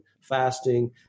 fasting